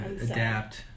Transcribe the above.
Adapt